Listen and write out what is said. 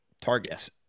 targets